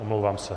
Omlouvám se.